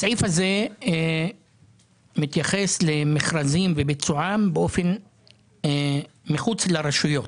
הסעיף הזה מתייחס למכרזים וביצועם מחוץ לרשויות,